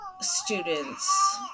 students